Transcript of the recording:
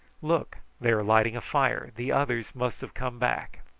look! they are lighting a fire. the others must have come back.